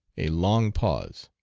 a long pause.